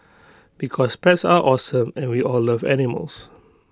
because pets are awesome and we all love animals